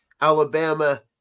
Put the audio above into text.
Alabama